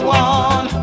one